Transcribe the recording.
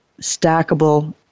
stackable